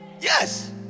yes